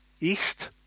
east